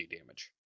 damage